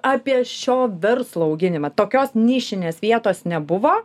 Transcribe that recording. apie šio verslo auginimą tokios nišinės vietos nebuvo